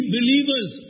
believers